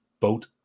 boat